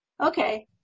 okay